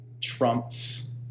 Trump's